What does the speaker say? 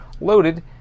loaded